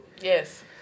Yes